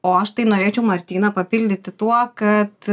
o aš tai norėčiau martyną papildyti tuo kad